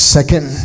Second